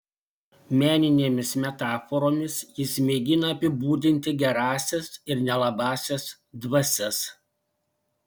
meninėmis metaforomis jis mėgina apibūdinti gerąsias ir nelabąsias dvasias